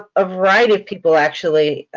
a variety of people actually,